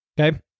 Okay